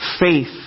Faith